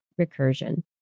Recursion